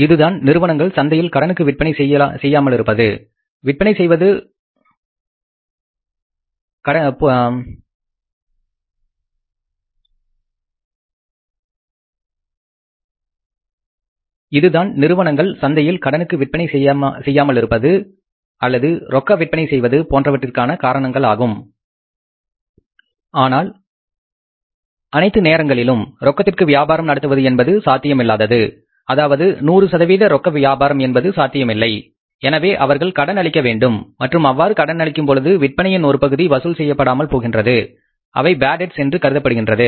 இதுதான் நிறுவனங்கள் சந்தையில் கடனுக்கு விற்பனை செய்யாமலிருப்பது ரொக்க விற்பனை செய்வது போன்றவற்றிற்கான காரணமாகும் ஆனால் அனைத்து நேரத்திலும் ரொக்கத்திற்கு வியாபாரம் நடத்துவது என்பது சாத்தியமில்லாதது அதாவது 100 சதவீத ரொக்க வியாபாரம் என்பது சாத்தியமில்லை எனவே அவர்கள் கடன் அளிக்க வேண்டும் மற்றும் அவ்வாறு கடன் அளிக்கும் பொழுது விற்பனையின் ஒரு பகுதி வசூல் செய்யப்படாமல் போகின்றது அவை பேட் டெப்ட்ஸ் என்று கருதப்படுகின்றது